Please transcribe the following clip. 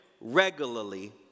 regularly